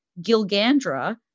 Gilgandra